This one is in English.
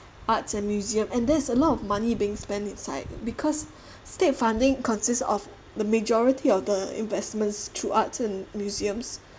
arts and museum and there's a lot of money being spent inside because state funding consists of the majority of the investments to arts and museums